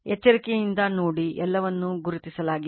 ಎಚ್ಚರಿಕೆಯಿಂದ ನೋಡಿ ಎಲ್ಲವನ್ನೂ ಗುರುತಿಸಲಾಗಿದೆ